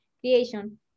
creation